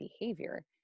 behavior